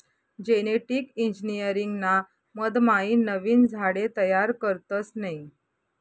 genetic engineering ना मधमाईन नवीन झाडे तयार करतस नयी